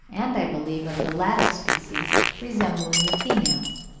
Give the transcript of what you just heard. and i believe of the latter species, resembling the females.